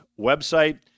website